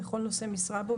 מכל נושא משרה בו,